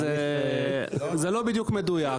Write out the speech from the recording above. --- אדוני, זה לא בדיוק מדויק.